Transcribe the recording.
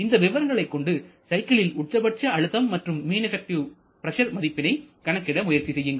இந்த விவரங்களைக் கொண்டு சைக்கிளில் உச்சபட்ச அழுத்தம் மற்றும் மீண் எபெக்டிவ் பிரஷர் மதிப்பினை கணக்கிட முயற்சி செய்யுங்கள்